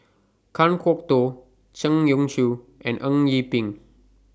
Kan Kwok Toh Zhang Youshuo and Eng Yee Peng